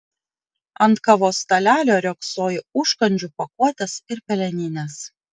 ant kavos stalelio riogsojo užkandžių pakuotės ir peleninės